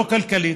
לא כלכלית,